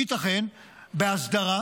ייתכן, בהסדרה,